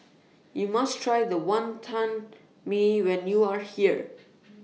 YOU must Try The Wantan Mee when YOU Are here